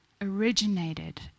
originated